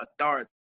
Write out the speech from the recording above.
authority